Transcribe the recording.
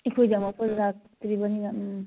ꯑꯩꯈꯣꯏꯗꯤ ꯑꯃꯨꯛ ꯐꯥꯎ ꯂꯥꯛꯇ꯭ꯔꯤꯕꯅꯤꯅ ꯎꯝ